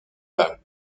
balle